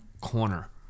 corner